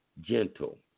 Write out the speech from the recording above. gentle